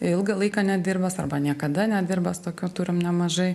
ilgą laiką nedirbęs arba niekada nedirbęs tokių turim nemažai